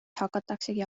hakatakse